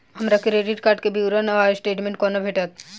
हमरा credit card केँ विवरण वा स्टेटमेंट कोना भेटत?